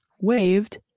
waved